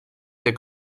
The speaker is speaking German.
der